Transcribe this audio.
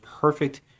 perfect